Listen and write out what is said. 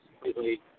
completely